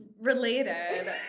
related